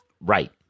Right